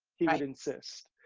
he would insist.